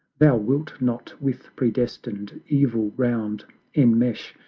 thou wilt not with predestined evil round enmesh,